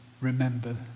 remember